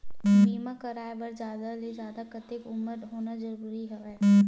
बीमा कराय बर जादा ले जादा कतेक उमर होना जरूरी हवय?